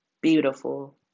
beautiful